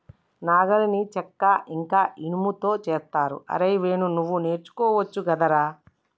నాగలిని చెక్క ఇంక ఇనుముతో చేస్తరు అరేయ్ వేణు నువ్వు నేర్చుకోవచ్చు గదరా